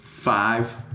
Five